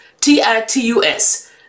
T-I-T-U-S